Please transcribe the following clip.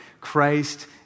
Christ